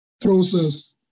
process